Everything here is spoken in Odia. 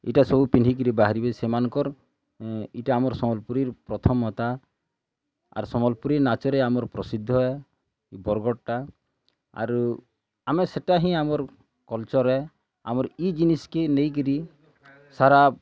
ଇଟା ସବୁ ପିନ୍ଧିକିରି ବାହାରିବେ ସେମାନକର୍ ଇଟା ଆମର ସମ୍ବଲପୁରୀର ପ୍ରଥମତା ଆର୍ ସମ୍ବଲପୁରୀ ନାଚରେ ଆମର୍ ପ୍ରସିଦ୍ଧ ବରଗଡ଼ଟା ଆରୁ ଆମେ ସେଟା ହିଁ ଆମର୍ କଲ୍ଚର୍ ଏ ଆମର ଇ ଜିନିଷ୍କେ ନେଇକିରି ସାରା